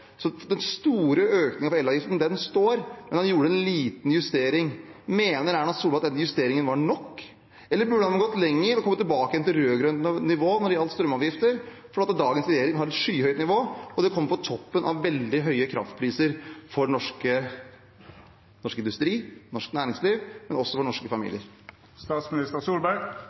Så den store økningen i elavgiften består, men man gjorde en liten justering. Mener Erna Solberg at den justeringen var nok, eller burde man gått lenger og kommet tilbake til rød-grønt nivå når det gjelder strømavgifter? For dagens regjering har et skyhøyt nivå, og det kommer på toppen av veldig høye kraftpriser for norsk industri, norsk næringsliv og norske